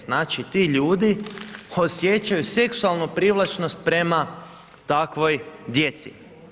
Znači ti ljudi osjećaju seksualnu privlačenost prema takvoj djeci.